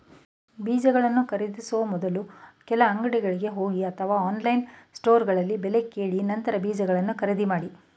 ಬೀಜಗಳನ್ನು ಖರೀದಿಸೋ ಮೊದ್ಲು ಕೆಲವು ಅಂಗಡಿಗೆ ಹೋಗಿ ಅಥವಾ ಆನ್ಲೈನ್ ಸ್ಟೋರ್ನಲ್ಲಿ ಬೆಲೆ ಕೇಳಿ ನಂತರ ಬೀಜಗಳನ್ನ ಖರೀದಿ ಮಾಡಿ